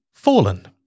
fallen